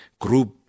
group